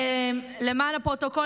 למען הפרוטוקול,